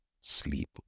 sleep